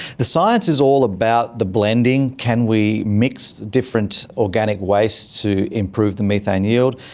the science is all about the blending can we mix different organic wastes to improve the methane yield?